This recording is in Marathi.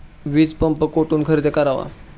वीजपंप कुठून खरेदी करावा?